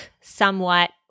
somewhat